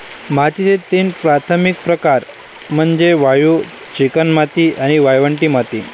मातीचे तीन प्राथमिक प्रकार म्हणजे वाळू, चिकणमाती आणि वाळवंटी माती